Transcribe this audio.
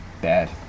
bad